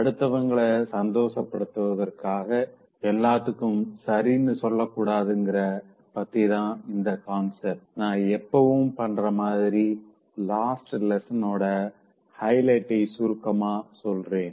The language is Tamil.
அடுத்தவங்கள சந்தோஷப்படுத்துவதற்காக எல்லாத்துக்கும் சரினு சொல்லக்கூடாதுங்கிறத பத்தி தா இந்த கான்செப்ட் நா எப்பவும் பண்ற மாதிரி லாஸ்ட் லெசன் ஓட ஹைலைட்ஸ சுருக்கமா சொல்றேன்